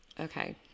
okay